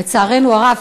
לצערנו הרב,